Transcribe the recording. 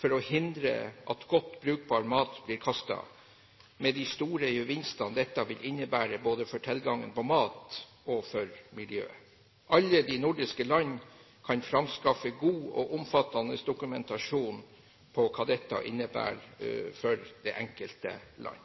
for å hindre at godt brukbar mat blir kastet, med de store gevinster dette vil innebære, både for tilgangen på mat og for miljøet. Alle de nordiske land kan framskaffe god og omfattende dokumentasjon på hva dette innebærer for det enkelte land.